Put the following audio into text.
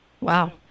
wow